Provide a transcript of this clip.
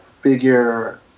figure